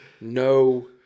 No